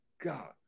God